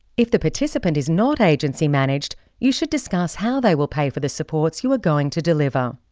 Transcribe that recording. if the participant is not agency managed, you should discuss how they will pay for the supports you are going to deliver.